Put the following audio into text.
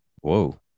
whoa